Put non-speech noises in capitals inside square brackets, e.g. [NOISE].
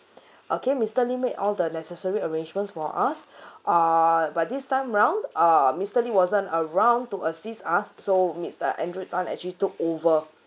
okay mister lee made all the necessary arrangements for us [BREATH] uh but this time round uh mister lee wasn't around to assist us so mister andrew Tan actually took over